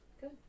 Good